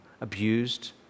abused